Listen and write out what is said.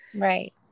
Right